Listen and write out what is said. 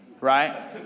right